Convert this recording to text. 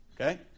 Okay